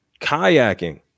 Kayaking